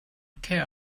care